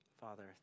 Father